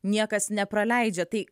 niekas nepraleidžia tai